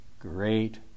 great